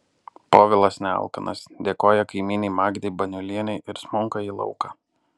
povilas nealkanas dėkoja kaimynei magdei baniulienei ir smunka į lauką